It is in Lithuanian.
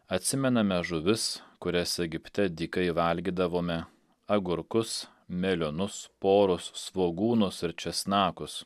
atsimename žuvis kurias egipte dykai valgydavome agurkus melionus porus svogūnus ir česnakus